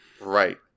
Right